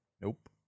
Nope